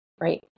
right